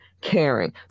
caring